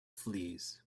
fleas